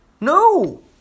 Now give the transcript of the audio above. No